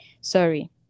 sorry